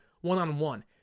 One-on-one